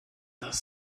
das